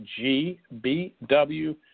gbw